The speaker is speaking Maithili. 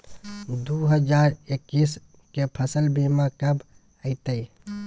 दु हजार एक्कीस के फसल बीमा कब अयतै?